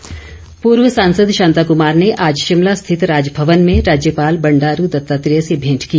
मेंट पूर्व सांसद शांताकुमार ने आज शिमला स्थित राजभवन में राज्यपाल बंडारू दत्तात्रेय से भेंट की